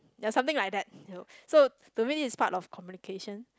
ya something like that so to me it's part of communication